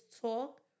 talk